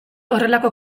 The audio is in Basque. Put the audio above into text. horrelako